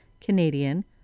Canadian